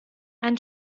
ein